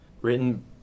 written